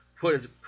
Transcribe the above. put